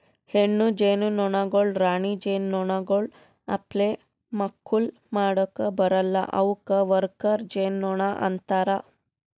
ಹೆಣ್ಣು ಜೇನುನೊಣಗೊಳ್ ರಾಣಿ ಜೇನುನೊಣಗೊಳ್ ಅಪ್ಲೆ ಮಕ್ಕುಲ್ ಮಾಡುಕ್ ಬರಲ್ಲಾ ಅವುಕ್ ವರ್ಕರ್ ಜೇನುನೊಣ ಅಂತಾರ